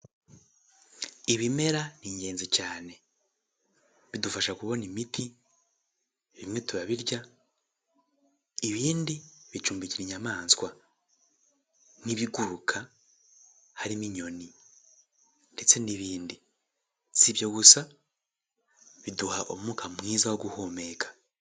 Ibimera ni ingenzi cyane. Bidufasha kubona imiti, bimwe turabirya, ibindi bicumbikira inyamaswa n'ibiguruka harimo inyoni ndetse n'ibindi. Sibyo gusa biduha umwuka mwiza wo guhumeka.